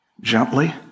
Gently